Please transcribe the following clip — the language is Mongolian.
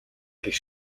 гэх